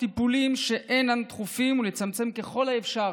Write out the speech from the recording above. טיפולים שאינם דחופים ולצמצם ככל האפשר